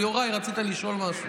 אבל יוראי, רצית לשאול משהו.